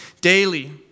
daily